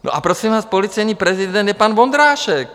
A prosím vás, policejní prezident je pan Vondrášek.